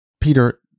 peter